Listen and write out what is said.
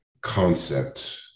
concept